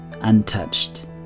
untouched